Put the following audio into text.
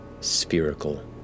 spherical